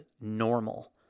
normal